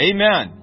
Amen